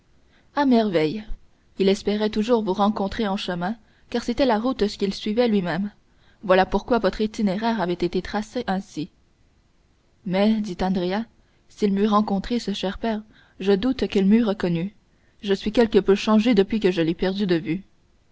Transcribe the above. à merveille il espérait toujours vous rencontrer en chemin car c'était la route qu'il suivait lui-même voilà pourquoi votre itinéraire avait été tracé ainsi mais dit andrea s'il m'eût rencontré ce cher père je doute qu'il m'eût reconnu je suis quelque peu changé depuis que je l'ai perdu de vue